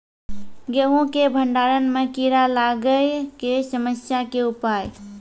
गेहूँ के भंडारण मे कीड़ा लागय के समस्या के उपाय?